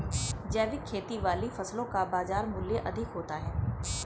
जैविक खेती वाली फसलों का बाजार मूल्य अधिक होता है